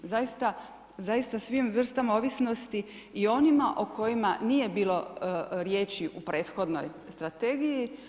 Zaista svim vrstama ovisnosti i o onima o kojima nije bilo riječi u prethodnoj strategiji.